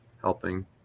helping